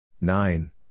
nine